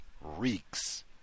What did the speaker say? reeks